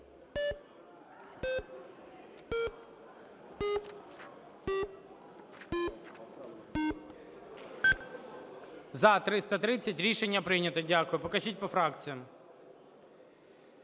За-330 Рішення прийнято. Дякую. Покажіть по фракціях.